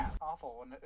awful